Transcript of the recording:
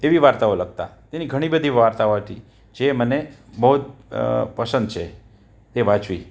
તેવી વાર્તાઓ લખતા એવી ઘણી બધી વાર્તાઓ હતી જે મને બહુ જ પસંદ છે તે વાંચવી